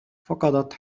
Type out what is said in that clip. فقدت